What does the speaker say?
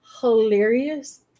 hilarious